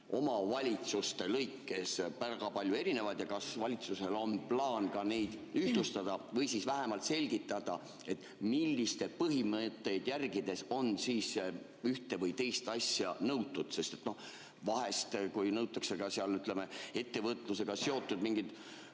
omavalitsuste lõikes väga palju erinevat, ja kas valitsusel on plaan ka ühtlustada või siis vähemalt selgitada, milliseid põhimõtteid järgides on ühte või teist asja nõutud? Vahest, kui nõutakse ka, ütleme, ettevõtlusega seotud mingeid